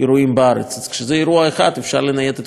אז כשזה אירוע אחד אפשר לנייד את כולם לחיפה,